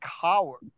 coward